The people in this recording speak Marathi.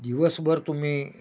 दिवसभर तुम्ही